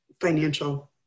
Financial